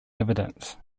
evidence